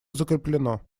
закреплено